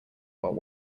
while